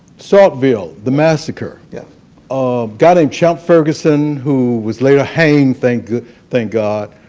saltville, the massacre, yeah a guy named chump ferguson, who was later hanged, thank thank god,